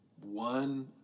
One